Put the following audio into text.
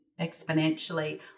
exponentially